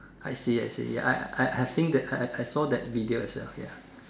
I see I see ya I I I've seen that I I I saw that video as well ya